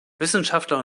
wissenschaftler